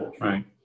Right